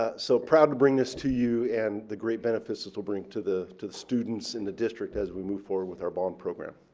ah so proud to bring this to you, and the great benefits this will bring to the to the students in the district as we move forward with our bond program.